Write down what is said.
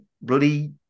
bloody